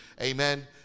Amen